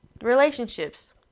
relationships